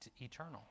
eternal